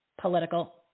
political